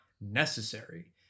necessary